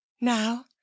Now